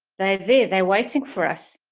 they're there, they're waiting for us.